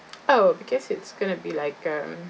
oh because it's gonna be like um